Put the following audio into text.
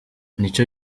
nico